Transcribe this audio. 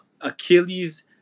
Achilles